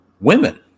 women